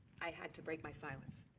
i had to break my silence.